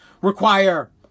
require